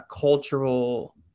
cultural